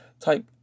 type